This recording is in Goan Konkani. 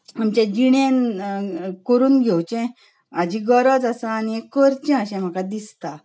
आमचे जिणेंत करून घेवचें हाची गरज आसा आनी करचें अशें म्हाका दिसता